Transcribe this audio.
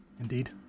Indeed